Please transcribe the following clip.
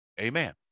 amen